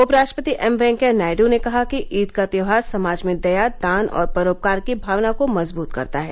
उपराष्ट्रपति एम वैंकेया नायड् ने कहा कि ईद का त्यौहार समाज में दया दान और परोपकार की भावना को मजबूत करता है